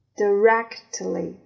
directly